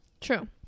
true